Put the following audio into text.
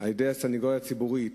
על-ידי הסניגוריה הציבורית,